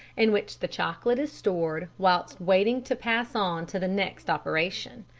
in which the chocolate is stored whilst waiting to pass on to the next operation.